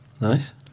Nice